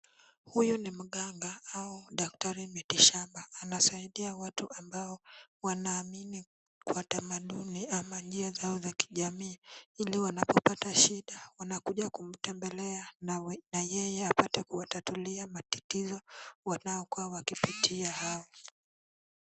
Huyu ni mganga au daktari miti shamba. Anasaidia watu ambao wanaamini kwa tamaduni ama njia zao za kijamii, ili wanapopata shida wanakuja kumtembelea na yeye apate kuwatatulia matatizo wanaokuwa wakipitia hao.